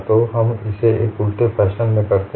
तो हम इसे एक उल्टे फैशन में करते हैं